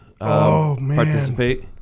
participate